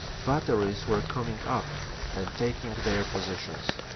batteries were coming up and taking their positions.